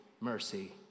mercy